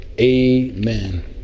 Amen